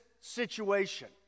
situation